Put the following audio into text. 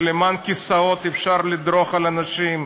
ולמען כיסאות אפשר לדרוך על אנשים,